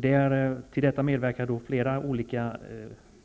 Det är flera olika